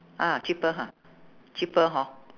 ah cheaper ha cheaper hor